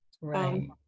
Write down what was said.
Right